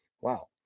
Wow